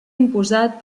imposat